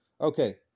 Okay